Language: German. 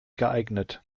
geeignet